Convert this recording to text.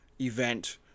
event